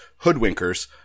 hoodwinkers